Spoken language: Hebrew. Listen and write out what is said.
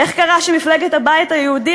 איך קרה שמפלגת הבית היהודי,